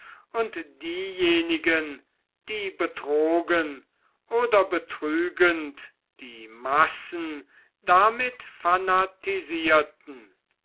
und diejenigen die betrogen oder betrügend die massen damit fanatisierten